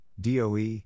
DOE